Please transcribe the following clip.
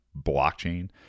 blockchain